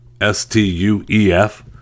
S-T-U-E-F